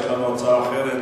יש הצעה אחרת